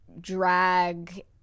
drag